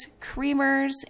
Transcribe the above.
creamers